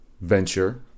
venture